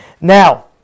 Now